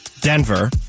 Denver